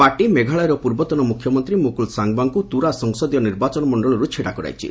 party ମେଘାଳୟର ପୂର୍ବତନ ମୁଖ୍ୟମନ୍ତ୍ରୀ ମୁକୁଳ ସାଙ୍ଗ୍ମାଙ୍କୁ ତୁରା ସଂସଦୀୟ ନିର୍ବାଚନ ମଣ୍ଡଳୀର୍ ଛିଡ଼ା କରାଇଛି